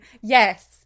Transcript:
Yes